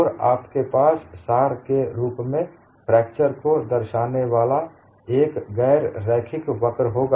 और आपके पास सार के रुप में फ्रैक्चर को दर्शाने वाला एक गैर रैखिक वक्र होगा